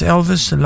Elvis